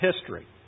history